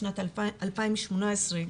בשנת 2018,